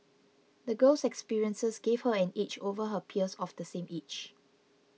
the girl's experiences gave her an edge over her peers of the same age